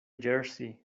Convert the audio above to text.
jersey